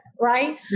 right